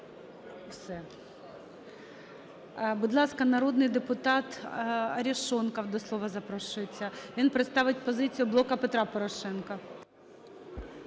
Все! Будь ласка, народний депутат Арешонков до слова запрошується. Він представить позицію "Блоку Петра Порошенка".